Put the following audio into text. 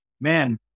man